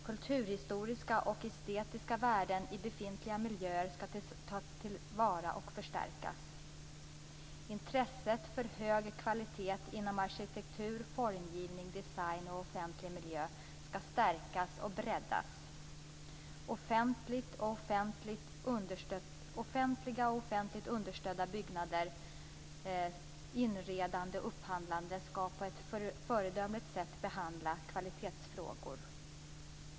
Kulturhistoriska och estetiska värden i befintliga miljöer skall tas till vara och förstärkas. Intresset för hög kvalitet inom arkitektur, formgivning design och offentlig miljö skall stärkas och breddas. Offentligt och offentligt understött byggande, inredande och upphandlande skall på ett föredömligt sätt behandla kvalitetsfrågor.